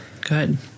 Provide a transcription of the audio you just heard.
Good